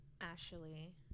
Ashley